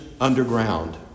underground